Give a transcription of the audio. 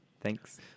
thanks